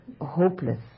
Hopeless